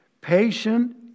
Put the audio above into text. patient